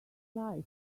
lie